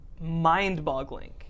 mind-boggling